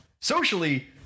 Socially